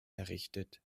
errichtet